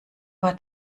war